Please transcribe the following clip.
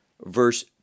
verse